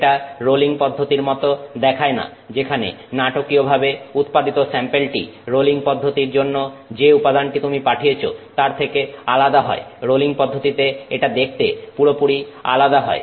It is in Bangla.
এটা রোলিং পদ্ধতির মতো দেখায় না যেখানে নাটকীয় ভাবে উৎপাদিত স্যাম্পেলটি রোলিং পদ্ধতির জন্য যে উপাদানটি তুমি পাঠিয়েছো তার থেকে আলাদা হয় রোলিং পদ্ধতিতে এটা দেখতে পুরোপুরি আলাদা হয়